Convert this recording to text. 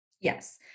Yes